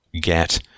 get